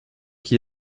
qui